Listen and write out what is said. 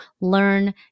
learn